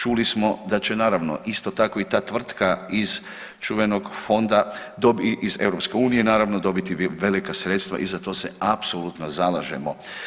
Čuli smo da će naravno isto tako i ta tvrtka iz čuvenog fonda iz EU naravno dobiti velika sredstva i za to se apsolutno zalažemo.